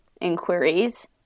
inquiries